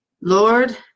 Lord